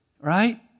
Right